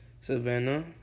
Savannah